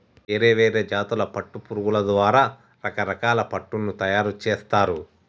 వేరే వేరే జాతుల పట్టు పురుగుల ద్వారా రకరకాల పట్టును తయారుచేస్తారు